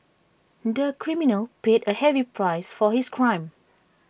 the criminal paid A heavy price for his crime